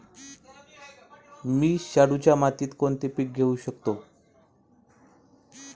मी शाडूच्या मातीत कोणते पीक घेवू शकतो?